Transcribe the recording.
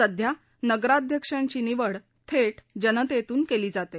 सध्या नगराध्यक्षांची निवड थेट जनतेतून केली जाते